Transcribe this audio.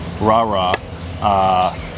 rah-rah